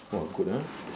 oh good ah